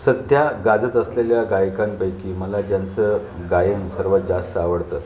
सध्या गाजत असलेल्या गायकांपैकी मला ज्यांचं गायन सर्वात जास्त आवडतं